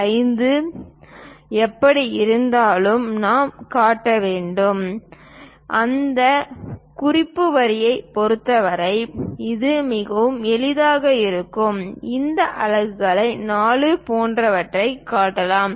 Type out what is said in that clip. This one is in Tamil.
5 எப்படியிருந்தாலும் நாம் காட்ட வேண்டும் அந்த குறிப்பு வரியைப் பொறுத்தவரை இது மிகவும் எளிதாக இருக்கும் இந்த அலகுகளை 4 போன்றவற்றைக் காட்டலாம்